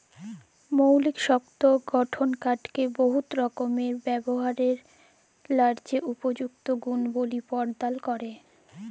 মৌলিক শক্ত গঠল কাঠকে বহুত রকমের ব্যাভারের ল্যাযে উপযুক্ত গুলবলি পরদাল ক্যরে